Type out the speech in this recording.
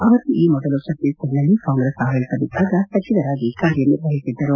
ಅವರು ಈ ಮೊದಲು ಛತ್ತೀಸ್ಗಢ್ನಲ್ಲಿ ಕಾಂಗ್ರೆಸ್ ಆಡಳಿತವಿದ್ದಾಗ ಸಚಿವರಾಗಿ ಕಾರ್ಯನಿರ್ವಹಿಸಿದ್ದರು